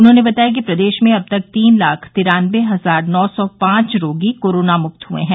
उन्होंने बताया कि प्रदेश में अब तक तीन लाख तिरान्नबे हजार नौ सौ पांच रोगी कोरोना मुक्त हुए हैं